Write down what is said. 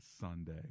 Sunday